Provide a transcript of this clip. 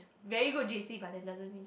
very good J_C but then doesn't mean